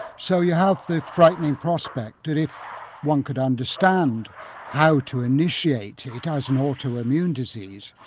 so you have the frightening prospect that if one could understand how to initiate it, as an autoimmune disease,